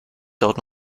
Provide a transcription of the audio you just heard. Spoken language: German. dauert